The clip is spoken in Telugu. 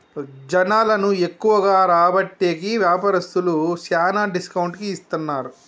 జనాలను ఎక్కువగా రాబట్టేకి వ్యాపారస్తులు శ్యానా డిస్కౌంట్ కి ఇత్తన్నారు